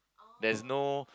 there is no